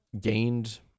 gained